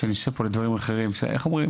בסוף,